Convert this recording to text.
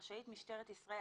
רשאית משטרת ישראל,